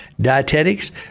dietetics